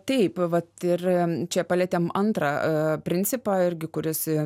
taip vat ir čia palietėm antrą principą irgi kuris